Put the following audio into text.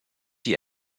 die